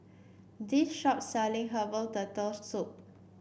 this shop selling Herbal Turtle Soup